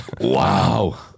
Wow